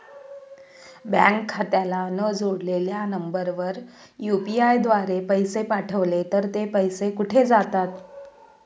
Bank खात्याला न जोडलेल्या नंबरवर यु.पी.आय द्वारे पैसे पाठवले तर ते पैसे कुठे जातात?